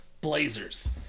Blazers